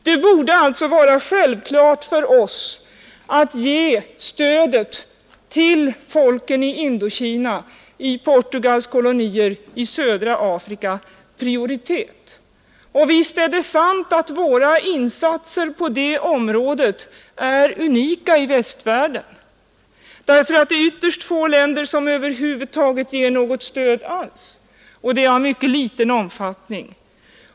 Det borde alltså vara självklart för oss att ge stödet till folken i Indokina, i Portugals kolonier och i södra Afrika prioritet. Visst är det sant att våra insatser på det här området är unika i västvärlden. Det är ytterst få länder som över huvud taget ger något stöd alls, och det stöd som lämnas är av mycket liten omfattning.